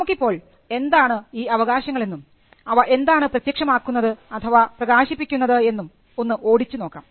നമുക്കിപ്പോൾ എന്താണ് ഈ അവകാശങ്ങൾ എന്നും അവ എന്താണ് പ്രത്യക്ഷമാക്കുന്നത് അഥവാ പ്രകാശിപ്പിക്കുന്നത് എന്നും ഒന്ന് ഓടിച്ചു നോക്കാം